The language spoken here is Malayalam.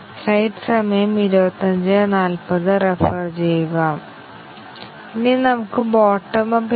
അതിനാൽ ഞങ്ങൾ ഇവിടെ ചർച്ച ചെയ്ത പദങ്ങൾ ഒരു മ്യൂട്ടേഷൻ ചെയ്ത പ്രോഗ്രാം ആണ്